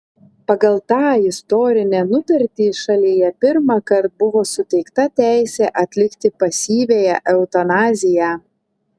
pagal tą istorinę nutartį šalyje pirmąkart buvo suteikta teisė atlikti pasyviąją eutanaziją